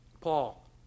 Paul